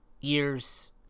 year's